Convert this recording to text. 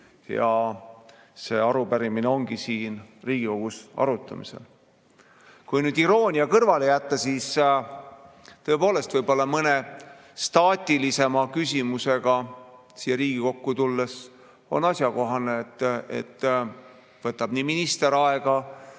see arupärimine siin Riigikogus arutamisel. Kui nüüd iroonia kõrvale jätta, siis tõepoolest võib-olla mõne staatilisema küsimusega siia Riigikokku tulles on asjakohane, et minister